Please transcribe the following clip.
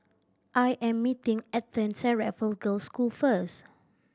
I am meeting Ethan's at Raffle Girls' School first